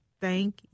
thank